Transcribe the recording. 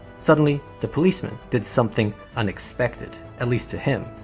suddenly the policeman did something unexpected, at least to him.